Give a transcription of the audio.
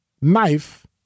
knife